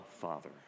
Father